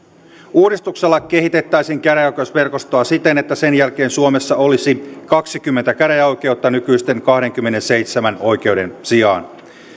uudistuksella kehitettäisiin käräjäoikeusverkostoa siten että sen jälkeen suomessa olisi kaksikymmentä käräjäoikeutta nykyisten kahdenkymmenenseitsemän oikeuden sijaan